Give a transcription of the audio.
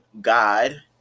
God